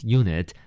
unit